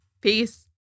Peace